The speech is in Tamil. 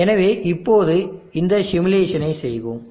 எனவே இப்போது இந்த சிமுலேஷனை செய்வோம்